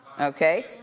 okay